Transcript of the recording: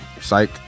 Psych